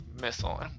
missile